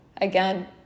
again